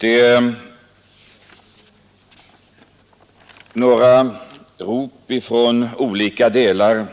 Jag vill citera några utrop från olika delar